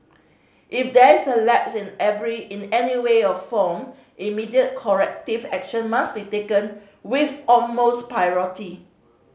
if there is a lapse in every in any way or form immediate corrective action must be taken with utmost priority